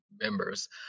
members